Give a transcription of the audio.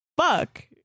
fuck